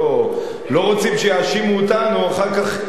לא רוצים שיאשימו אותנו אחר כך,